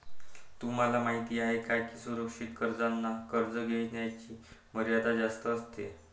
तुम्हाला माहिती आहे का की सुरक्षित कर्जांना कर्ज घेण्याची मर्यादा जास्त असते